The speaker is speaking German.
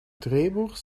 drehbuch